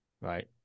right